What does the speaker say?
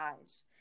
eyes